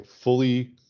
fully